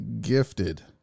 gifted